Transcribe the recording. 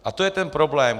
A to je ten problém.